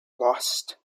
lost